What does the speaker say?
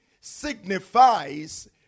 signifies